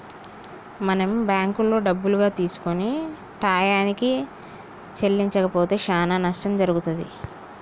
మనం బ్యాంకులో డబ్బులుగా తీసుకొని టయానికి చెల్లించకపోతే చానా నట్టం జరుగుతుంది